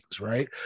right